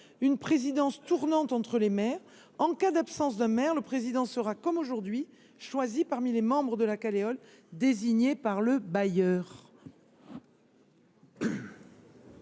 une présidence tournante entre les maires. En cas d’absence d’un maire, le président sera choisi, comme aujourd’hui, parmi les membres de la Caleol désignés par le bailleur.